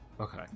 Okay